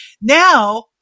Now